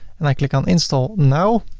and i click on install now